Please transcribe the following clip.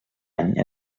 any